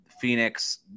Phoenix